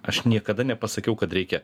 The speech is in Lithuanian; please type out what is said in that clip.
aš niekada nepasakiau kad reikia